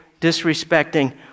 disrespecting